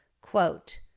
Quote